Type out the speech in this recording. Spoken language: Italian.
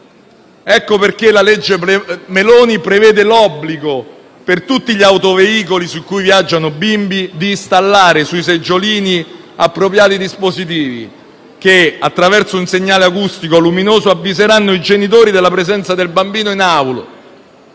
Ecco perché la legge Meloni prevede l'obbligo, per tutti gli autoveicoli su cui viaggiano bimbi, di installare sui seggiolini appropriati dispositivi che, attraverso un segnale acustico-luminoso, avviseranno i genitori della presenza del bambino in auto,